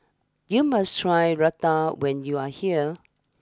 you must try Raita when you are here